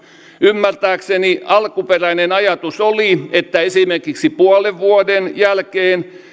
ymmärtääkseni alkuperäinen ajatus oli että esimerkiksi puolen vuoden jälkeen